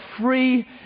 free